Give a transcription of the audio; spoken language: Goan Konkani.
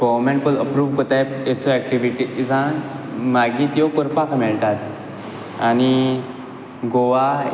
गोव्हर्मेंट पोय्ल अप्रूव्ह कोताय अेसो एक्टिविटीजांक मागीर त्यो करपाक मेळटात आनी गोवा